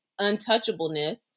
untouchableness